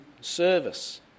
service